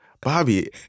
Bobby